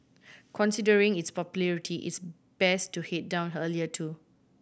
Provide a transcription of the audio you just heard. considering its popularity it's best to head down earlier too